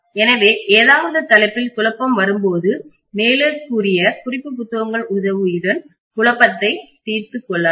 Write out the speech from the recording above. எனவே ஏதாவது தலைப்பில் குழப்பம் வரும்போது மேலே கூறிய குறிப்பு புத்தகங்கள் உதவியுடன் குழப்பத்தை தீர்த்து கொள்ளலாம்